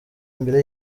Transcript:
imbere